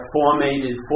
formatted